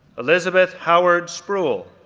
elizabeth howard spruill,